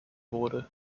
wurde